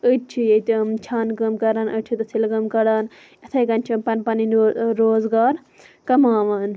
أڈۍ چھِ ییٚتٮ۪ن چھانہٕ کٲم کران أڈۍ چھِ دٔژھِل کٲم کران اِتھے کنۍ چھِ پنٕنۍ پنٕنۍ روزگار کماوان